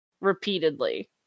Repeatedly